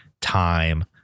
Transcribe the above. time